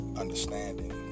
understanding